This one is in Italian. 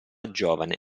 giovane